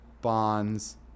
bonds